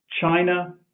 China